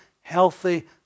healthy